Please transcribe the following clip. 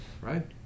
Right